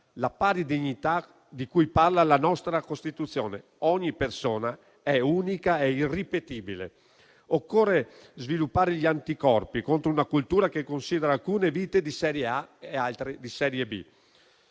la pari dignità di cui parla la nostra Costituzione. Ogni persona è unica e irripetibile. Occorre sviluppare gli anticorpi contro una cultura che considera alcune vite di serie A e altre di serie B.